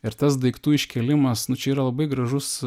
ir tas daiktų iškėlimas nu čia yra labai gražus